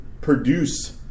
produce